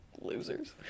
losers